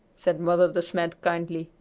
said mother de smet kindly,